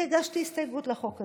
אני הגשתי הסתייגות לחוק הזה.